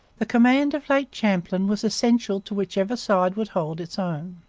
the command of lake champlain was essential to whichever side would hold its own.